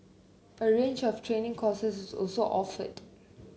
a range of training courses is also offered